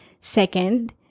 Second